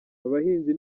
abahinzi